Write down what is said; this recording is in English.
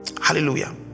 hallelujah